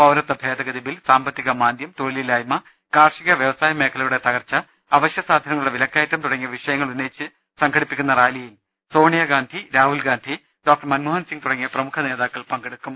പൌരത്വ ഭേദഗതി ബിൽ സാമ്പ ത്തിക മാന്ദ്യം തൊഴിലില്ലായ്മ കാർഷിക വൃവസായ മേഖലകളുടെ തകർച്ച അവശ്യ സാധനങ്ങളുടെ വിലക്കയറ്റും തുടങ്ങിയ വിഷയങ്ങൾ ഉന്നയിച്ച് സംഘടിപ്പിക്കുന്ന റാലിയിൽ സോണിയഗാന്ധി രാഹുൽഗാന്ധി ഡോക്ടർ മൻമോഹൻ സിംഗ് തുടങ്ങി പ്രമുഖ നേതാക്കൾ പങ്കെടുക്കും